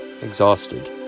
Exhausted